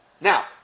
Now